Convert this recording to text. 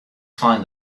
find